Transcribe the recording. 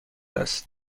است